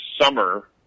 summer